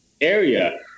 area